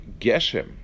geshem